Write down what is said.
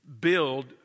build